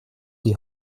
die